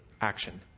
action